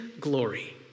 glory